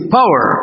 power